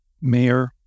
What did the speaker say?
Mayor